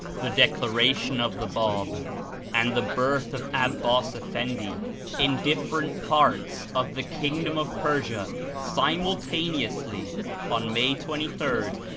the declaration of the bab and the birth of ab bas effendl in different parts of the kingdom of persia simultaneously on may twenty third,